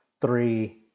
three